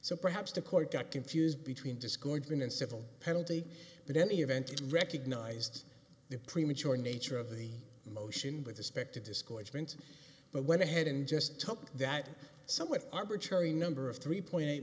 so perhaps the court got confused between disgorgement and civil penalty but any event recognized the premature nature of the motion with respect to discouragement but went ahead and just took that somewhat arbitrary number of three point eight